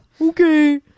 Okay